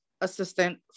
assistant